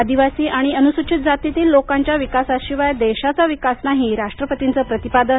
आदिवासी आणि अनुसूचित जातीतील लोकांच्या विकासाशिवाय देशाचा विकास नाही राष्ट्रपतींचं प्रतिपादन